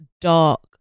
dark